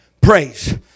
praise